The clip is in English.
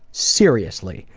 seriously,